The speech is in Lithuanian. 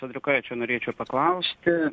andriukaičio norėčiau paklausti